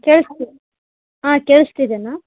ಕೇಳ್ಸ್ತಿದ್ಯಾ ಹಾಂ ಕೇಳ್ಸ್ತಿದೆಯಾ